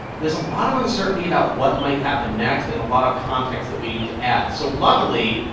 there's a lot of uncertainty about what might happen next and a lot of context that we'd add. so luckily,